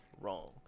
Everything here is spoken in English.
wrong